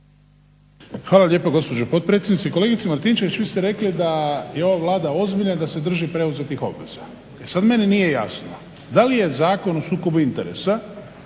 Hvala lijepa gospođo potpredsjednice. Kolegice Martinčević, vi ste rekli da je ova Vlada ozbiljna i da se drži preuzetih obveza. Sad meni nije jasno da li je Zakon o sukobu interesa